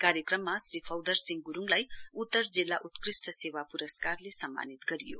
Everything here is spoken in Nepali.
कार्यक्रममा श्री फौदर सिंह ग्रूङलाई उत्तर जिल्ला उत्कृष्ट सेवा प्रस्कारले सम्मानित गरियो